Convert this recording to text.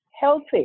healthy